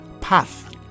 path